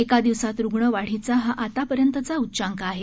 एका दिवसात रुग्णवाढीचा हा आतापर्यंतचा उच्चांक आहे